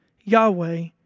Yahweh